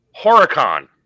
Horicon